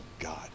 God